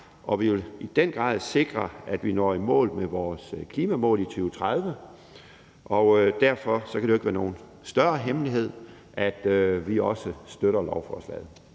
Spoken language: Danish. og vi vil i den grad sikre, at vi når i mål med vores klimamål i 2030. Derfor kan det jo ikke være nogen større hemmelighed, at vi også støtter lovforslaget.